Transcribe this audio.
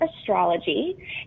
Astrology